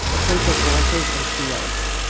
a place of ranches and fields.